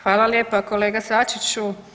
Hvala lijepa kolega Sačiću.